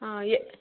ಹಾಂ ಎ